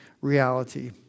reality